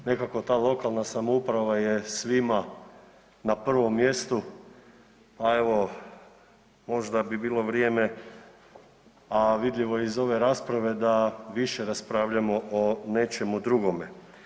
Nekako ta lokalna samouprava je svima na prvom mjestu, a evo možda bi bilo vrijeme, a vidljivo je iz ove rasprave da više raspravljamo o nečemu drugome.